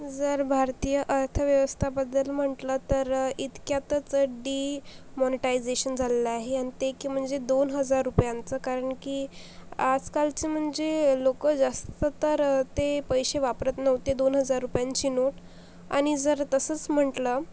जर भारतीय अर्थव्यवस्थाबद्दल म्हटलं तर इतक्यातच डीमाॅनिटायझेशन झालेलं आहे अन ते की म्हणजे दोन हजार रुपयांचं कारण की आजकालचं म्हणजे लोकं जास्त तर ते पैसे वापरत नव्हते दोन हजार रुपयांची नोट आणि जर तसंच म्हटलं